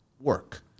work